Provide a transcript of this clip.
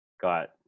got